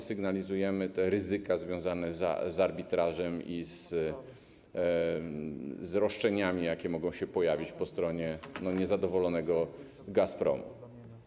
Sygnalizujemy jedynie ryzyka związane z arbitrażem i z roszczeniami, jakie mogą się pojawić po stronie niezadowolonego Gazpromu.